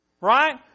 Right